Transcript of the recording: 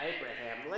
Abraham